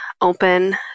open